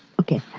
okay.